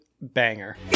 banger